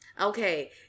okay